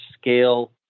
scale